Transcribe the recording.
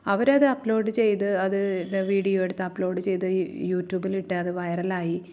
അവര് അത് അപ്ലോഡ് ചെയ്ത് അത് വീഡിയോ എടുത്ത് അപ്ലോഡ് ചെയ്ത് യു ട്യൂബിൽ ഇട്ട് അത് വൈറലായി